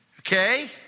Okay